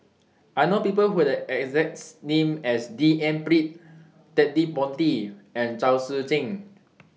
I know People Who Have The exact name as D N Pritt Ted De Ponti and Chao Tzee Cheng